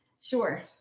sure